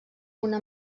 una